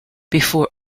before